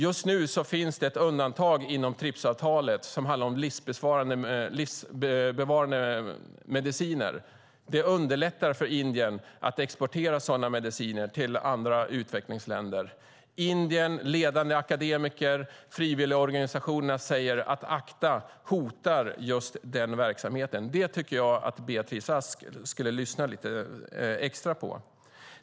Just nu finns ett undantag i TRIPS-avtalet som handlar om livsbevarande mediciner. Det underlättar för Indien att exportera sådana mediciner till andra utvecklingsländer. Indien, ledande akademiker och frivilligorganisationer säger att ACTA hotar just den verksamheten. Det tycker jag att Beatrice Ask skulle lyssna lite extra på.